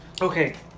Okay